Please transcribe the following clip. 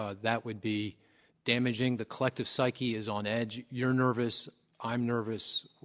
ah that would be damaging, the collective psyche is on edge. you're nervous i'm nervous